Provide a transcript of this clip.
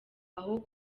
aho